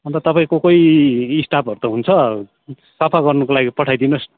अन्त तपाईँको कोही स्टाफहरू त हुन्छ सफा गर्नुको लागि पठाइदिनुहोस्